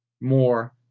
more